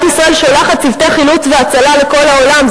ישראל שולחת צוותי חילוץ והצלה לכל העולם,